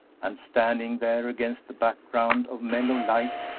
and, standing there against the background of mellow light,